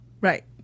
Right